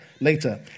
later